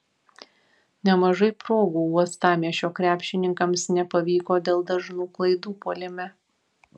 nemažai progų uostamiesčio krepšininkams nepavyko dėl dažnų klaidų puolime